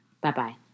Bye-bye